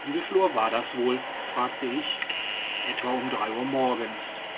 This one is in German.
um wieviel uhr war das wohl fragte ich etwa um drei uhr morgens